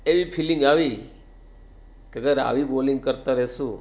એવી ફિલિંગ આવી કે હવે યાર આવી બોલિંગ કરતા રહીશું